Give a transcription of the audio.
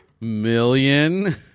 Million